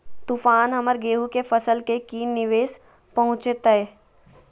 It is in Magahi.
तूफान हमर गेंहू के फसल के की निवेस पहुचैताय?